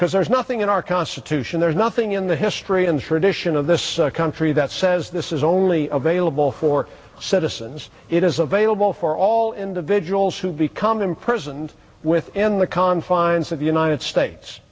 because there's nothing in our constitution there's nothing in the history and tradition of this country that says this is only available for citizens it is available for all individuals who become imprisoned within the confines of the you know it states